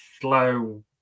slow